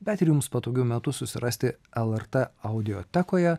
bet ir jums patogiu metu susirasti lrt audiotekoje